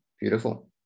Beautiful